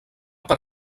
per